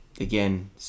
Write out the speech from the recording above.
Again